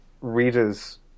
readers